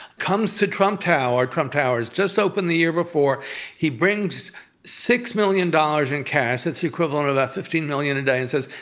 comes to trump tower trump tower's just open the year before he brings six million dollars in cash. that's equivalent to about fifteen million a day, and says,